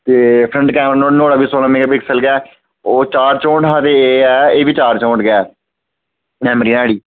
ते front camera नोआड़ा बी सोलह् मैगा पिक्सल ऐ ओह् चार चौंठ हा ते एह् बी चार चौंठ गै ऐ मैमरी नोआड़ी